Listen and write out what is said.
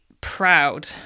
proud